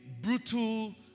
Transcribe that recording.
brutal